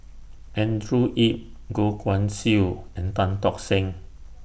Andrew Yip Goh Guan Siew and Tan Tock Seng